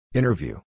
Interview